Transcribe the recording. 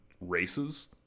races